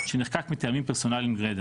שנחקק מטעמים פרסונליים גרידא.